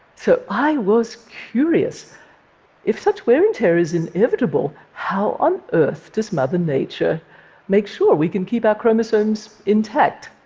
so i was curious if such wear and tear is inevitable, how on earth does mother nature make sure we can keep our chromosomes intact?